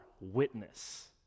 witness